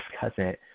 cousin